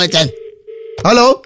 Hello